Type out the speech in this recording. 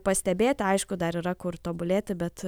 pastebėt aišku dar yra kur tobulėti bet